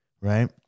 Right